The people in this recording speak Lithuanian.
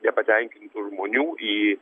nepatenkintų žmonių į